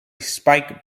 spike